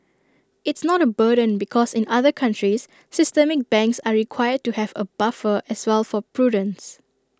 it's not A burden because in other countries systemic banks are required to have A buffer as well for prudence